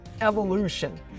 evolution